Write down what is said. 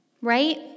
right